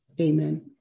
Amen